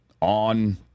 on